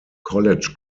college